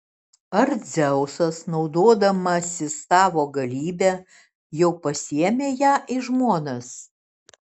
ar dzeusas naudodamasis savo galybe jau pasiėmė ją į žmonas